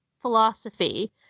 philosophy